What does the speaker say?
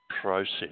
process